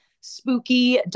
spooky